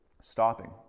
stopping